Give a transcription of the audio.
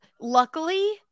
luckily